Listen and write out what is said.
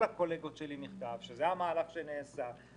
הקולגות שלי מכתב על כך שזה המהלך שנעשה,